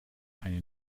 eine